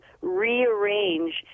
rearrange